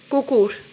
কুকুর